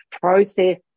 Process